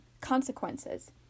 consequences